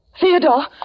Theodore